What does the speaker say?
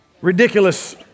ridiculous